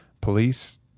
police